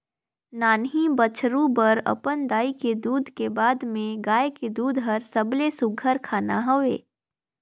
नान्हीं बछरु बर अपन दाई के दूद के बाद में गाय के दूद हर सबले सुग्घर खाना हवे